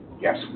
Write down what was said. Yes